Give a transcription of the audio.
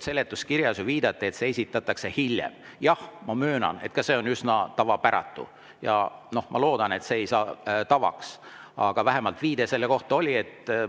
seletuskirjas viidati, et see esitatakse hiljem. Jah, ma möönan, et ka see on üsna tavapäratu, ja ma loodan, et see ei saa tavaks, aga vähemalt viide selle kohta oli.